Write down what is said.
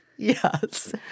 Yes